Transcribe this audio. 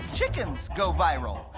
chickens go viral.